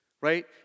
right